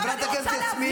איך זה קשור לחוק?